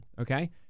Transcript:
Okay